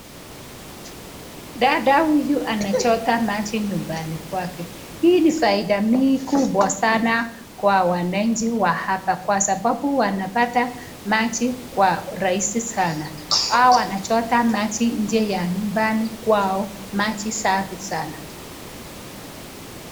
Dada huyu anachota maji nyumbani kwake, hii ni faida kubwa sana kwa wananchi wa hapa kwa sababu wanapata maji kwa rahisi sana, hawa wanachota maji nje ya nyumbani kwao, maji safi sana.